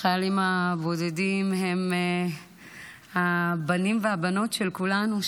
החיילים הבודדים הם הבנים והבנות של כולנו,